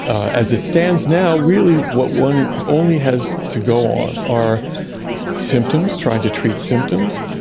as it stands now, really what one only has to go on are symptoms, trying to treat symptoms,